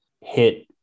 hit